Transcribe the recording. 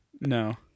No